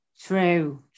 True